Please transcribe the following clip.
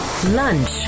Lunch